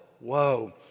whoa